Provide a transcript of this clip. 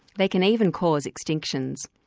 they can even cause extinctions.